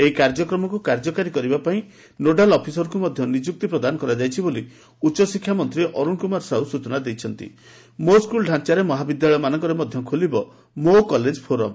ଏହି ଯୋଜନାକୁ କାର୍ଯ୍ୟକାରୀ କରିବା ପାଇଁ ନୋଡାଲ୍ ଅପିସରଙ୍କୁ ମଧ୍ୟ ନିଯୁକ୍ତି ପ୍ରଦାନ କରାଯାଇଛି ବୋଲି ଉଚ୍ଚଶିକ୍ଷାମନ୍ତୀ ଅର୍ରଣ କୁମାର ସାହୁ ସୂଚନା ଦେଇଛନ୍ତି ମୋ' ସ୍କୁଲ୍ ଡ଼ାଆରେ ମହାବିଦ୍ୟାଳୟମାନଙ୍କରେ ମଧ୍ୟ ଖୋଲିବ ମୋ କଲେଜ ଫୋରମ